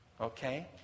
Okay